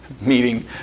meeting